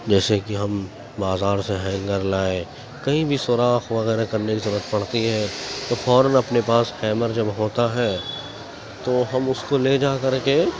جیسے کہ ہم بازار سے ہینگر لائے کہیں بھی سوراخ وغیرہ کرنے كی ضرورت پڑتی ہے تو فوراً اپنے پاس ہیمر جب ہوتا ہے تو ہم اس کو لے جا کر کے